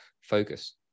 focus